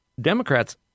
Democrats